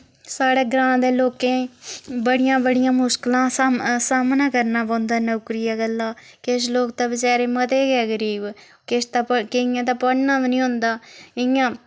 साढ़े ग्रांऽ दे लोकें बड़ियां बड़ियां मुश्कलां साम सामना करना पौंदा नौकरिया गल्ला किश लोक ते बचारे मते गै गरीब किश ता प केइयें तां पढ़ना बी नी औंदा इयां